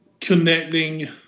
connecting